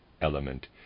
element